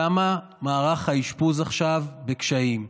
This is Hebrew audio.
כמה מערך האשפוז עכשיו בקשיים,